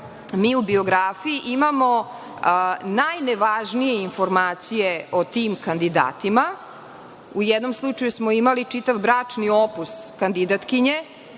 mi u biografiji imamo najnevažnije informacije o tim kandidatima. U jednom slučaju smo imali čitav bračni opus kandidatkinje,